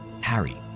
Harry